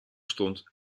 stond